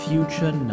Future